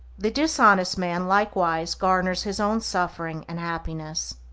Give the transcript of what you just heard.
the dishonest man likewise garners his own suffering and happiness.